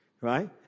right